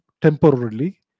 temporarily